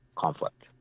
conflict